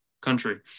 country